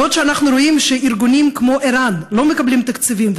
בעוד אנחנו רואים שארגונים כמו ער"ן לא מקבלים תקציבים,